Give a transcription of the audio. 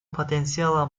потенциала